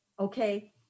Okay